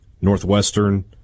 Northwestern